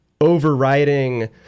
overriding